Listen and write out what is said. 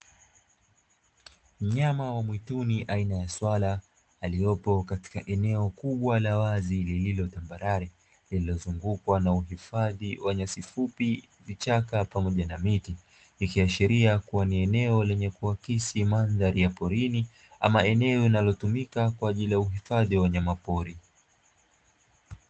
Mnyama wa mwituni aina ya swala aliopo katika eneo kubwa la wazi, lililo tambarare lililozungukwa na uhifadhi wa nyasi fupi, vichaka pamoja na miti. Likiashiria kuwa ni eneo lenye kuakisi mandhari ya porini, ama eneo linalotumika kwa ajili uhifadhi wa wanyama pori.